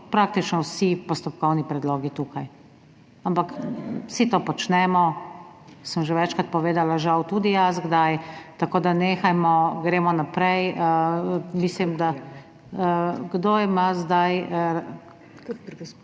praktično čisto vsi postopkovni predlogi tukaj. Ampak vsi to počnemo, sem že večkrat povedala, žal tudi jaz kdaj. Tako da nehajmo, gremo naprej. Kdo ima zdaj?